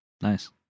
nice